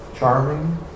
Charming